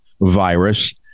virus